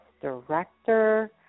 Director